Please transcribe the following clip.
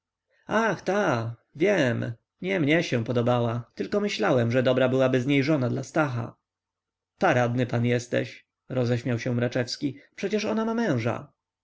ach ta wiem nie mnie się podobała westchnął rzecki tylko myślałem że dobra byłaby z niej żona dla stacha paradny pan jesteś roześmiał się mraczewski przecież ona ma męża